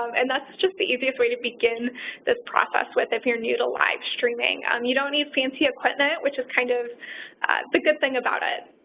um and that's just the easiest way to begin this process with if you're new to live-streaming. um you don't need fancy equipment, which is kind of the good thing about it.